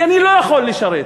כי אני לא יכול לשרת,